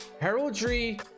Heraldry